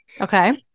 Okay